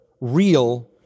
real